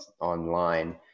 online